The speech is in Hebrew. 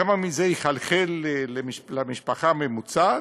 כמה מזה יחלחל למשפחה הממוצעת?